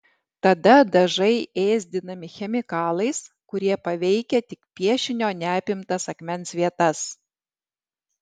tada dažai ėsdinami chemikalais kurie paveikia tik piešinio neapimtas akmens vietas